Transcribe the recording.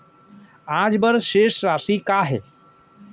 आज बर शेष राशि का हे?